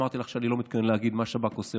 אמרתי לך שאני לא מתכוון להגיד מה שב"כ עושה,